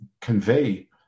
convey